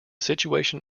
situation